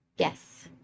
Yes